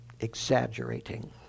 exaggerating